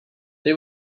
they